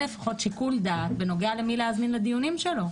לפחות שיקול דעת בנוגע למי להזמין לדיונים שלו.